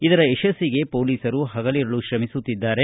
ಇದರ ಯಶಸ್ಸಿಗೆ ಮೋಲೀಸರು ಪಗಲಿರುಳು ಶ್ರಮಿಸುತ್ತಿದ್ದಾರೆ